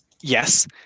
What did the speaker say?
Yes